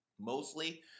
Mostly